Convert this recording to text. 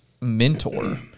mentor